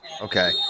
okay